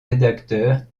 rédacteurs